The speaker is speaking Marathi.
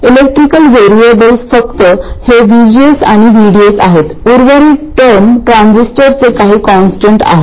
इलेक्ट्रिकल व्हेरिएबल्स फक्त हे VGS आणि VDS आहेत उर्वरित टर्म ट्रान्झिस्टरचे काही कॉन्स्टंट आहेत